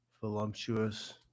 Voluptuous